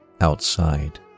outside